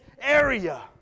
area